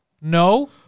No